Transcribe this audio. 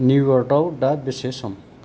new York आव दा बेसे सम